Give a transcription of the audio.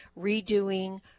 redoing